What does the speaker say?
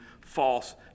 false